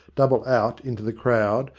double out into the crowd,